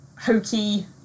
hokey